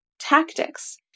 tactics